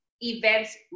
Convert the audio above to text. events